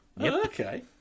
okay